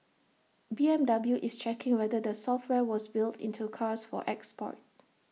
B M W is checking whether the software was built into cars for export